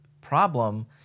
problem